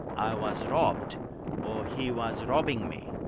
i was robbed or, he was robbing me.